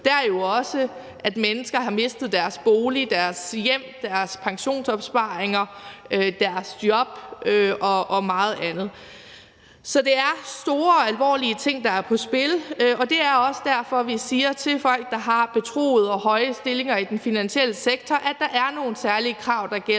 handler jo også om, at mennesker har mistet deres bolig, deres hjem, deres pensionsopsparinger, deres job og meget andet. Så det er store, alvorlige ting, der er på spil, og det er også derfor, vi siger til folk, der har betroede og høje stillinger i den finansielle sektor, at der er nogle særlige krav, der gælder,